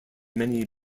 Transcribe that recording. many